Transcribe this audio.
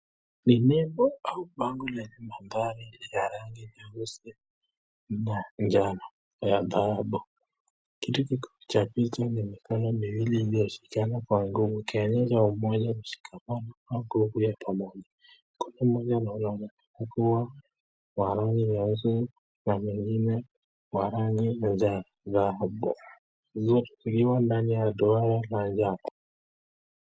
Ni nembo au bango lenye mandhari ya rangi nyeusi na njano ya dhahabu. kitu kiko cha picha chenye mikono miwili iliyoshikana kwa nguvu kuashiria umoja na ushikamano wa nguvu ya pamoja. Kuna mnyama anaonekana kuwa wa rangi nyeusi na mwingine wa rangi ya njano ya dhahabu zote zikiwa ndani ya duara la njano.